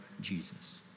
Jesus